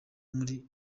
muri